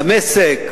דמשק,